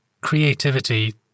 creativity